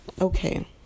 Okay